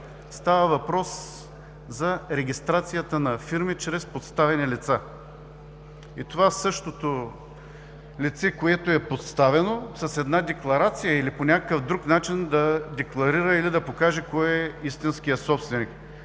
Става въпрос за регистрацията на фирми чрез подставени лица. Това, същото лице, което е подставено, с една декларация или по някакъв друг начин да декларира или да покаже кой е истинският собственик?!